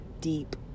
deep